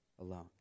alone